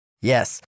Yes